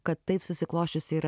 kad taip susiklosčiusi ir